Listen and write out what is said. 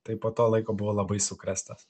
tai po to laiko buvo labai sukrėstas